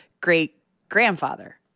great-grandfather